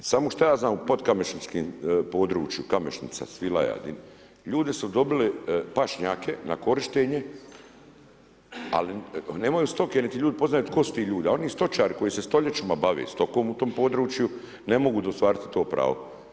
Samo šta ja znam u Potkamešničkim području, Kamešnica, Svilaja, ljudi su dobili pašnjake na korištenje ali nemaju stoke niti ljudi poznaju tko su ti ljudi, a oni stočari koji se stoljećima bave stokom u tom području ne mogu ostvariti to pravo.